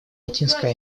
латинской